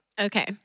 Okay